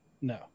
No